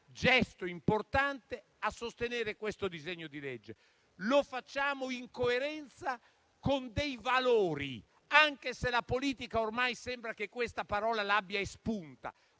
gesto importante, a sostenere questo disegno di legge. Lo facciamo in coerenza con dei valori, anche se ormai sembra che la politica questa parola l'abbia espunta.